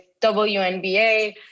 WNBA